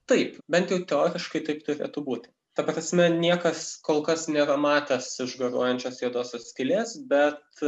taip bent jau teoriškai taip turėtų būti ta prasme niekas kol kas nėra matęs išgaruojančios juodosios skylės bet